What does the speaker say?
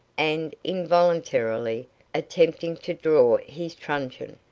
and involuntarily attempting to draw his truncheon,